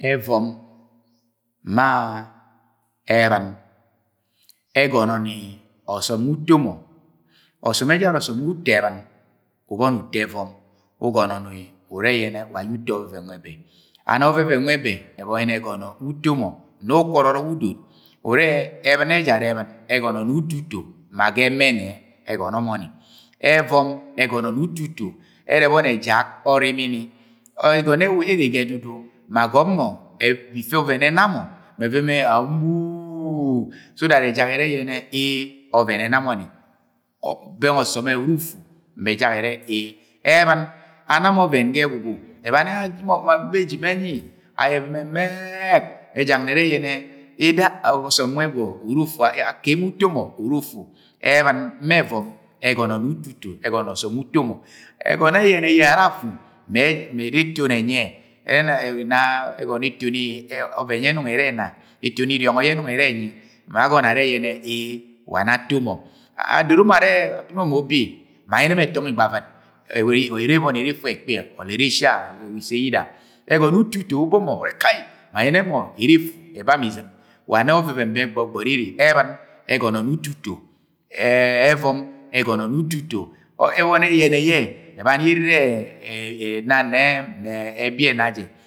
Ẹvọm, ma ebɨ̃n ẹgọnọ ni ọsọm wu uto mọ, ọsọmẹjara ọsọm ẹbẹn ubọni uto ẹvọm ugọnọ ni urẹ yẹnẹ wa ayẹ uto ọvẹn nwẹ bẹ ma ọvẹvẹn nwẹ bẹ ẹgọnọ ni ọsọm wu uto mọ. Nọ ukwọrọ ọrọk udoro. Ẹbɨn ejara ebɨn ẹgọnọ ni ituto ma ga ẹmẹnẹ ẹgọnọ mọ ni, ẹvọm ẹgọno ni ututo. Ẹrẹ ẹbọni ẹjak ọrimini. Ẹgọnọ yẹ ere ga ẹdudu ma agọbọ mọ dasam ọvẹn ẹna mọ ẹvẹmẹ amuu, so that ẹjak ẹra yẹnẹ ọvẹn ẹna mọ ni. Bẹng ọsọmẹ ure uru ufu mẹ ẹjak ẹrẹ ee Ẹbɨn ana ọvẹn ga ẹgwugwu, ẹbani ye anyi ọgba mẹ beji anyi ayẹ ẹvẹmẹ mmẹẹ, ẹjak ni ẹrẹ yẹnẹ bẹng uto mö bẹng akemọ wu uto mo uru ufu. Ebɨn ma ọvọm ẹgọnọ ni ututo, ẹgọnọ m ọsọm wẹ uto mọ. Ẹgọnọ yẹ ẹyẹnẹ yẹ ara afu mẹ ẹrẹ eton enyi yẹ, ẹgọnọ ni ugbọrọ ma ikọ yẹ ẹnọng ẹrẹ enyi ma agọnọ arẹ ee wa nọ ato mọ. Adoro mọ ẹrẹ ẹtọngọ igbavɨt ere efu ẹkpi yẹ bẹng ere eshia ẹwa isse yida. Ẹgọnọ ututo ubo mọ, kai ma ayẹnẹ mọ ẹrẹ ẹba mọ izɨm. Wa nẹ ọvẹvẹn bẹ gwud ere. Ẹbɨn ẹgọnọ ni ututo, ẹvọm ẹgọnọ ni ututo. Ẹbọni ẹyẹnẹ yẹ ẹbani yẹ ena nẹ e̱bia ẹna jẹ